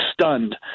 stunned